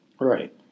Right